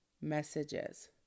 messages